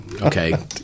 Okay